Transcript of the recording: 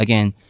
again,